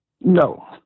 No